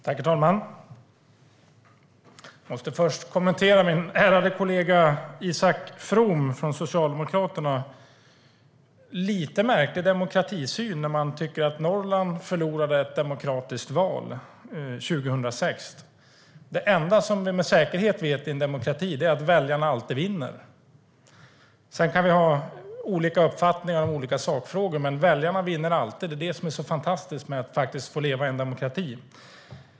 Herr talman! Jag måste först kommentera min ärade kollega Isak From från Socialdemokraterna. Det är en lite märklig demokratisyn när man tycker att Norrland förlorade ett demokratiskt val 2006. Det enda som vi med säkerhet vet i en demokrati är att väljarna alltid vinner. Sedan kan vi ha olika uppfattningar om olika sakfrågor, men väljarna vinner alltid. Det är det som är så fantastiskt med att få leva i en demokrati.